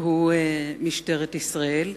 והוא משטרת ישראל,